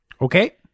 Okay